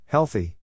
Healthy